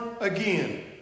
again